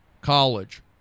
College